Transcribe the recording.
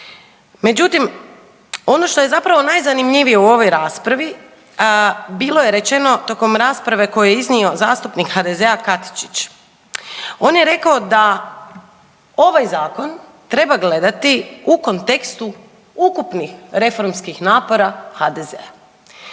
Međutim, ono što je zapravo najzanimljivije u ovoj raspravi bilo je rečeno tijekom rasprave koju je iznio zastupnik HDZ-a Katičić. On je rekao da ovaj Zakon treba gledati u kontekstu ukupnih reformskih napora HDZ-a.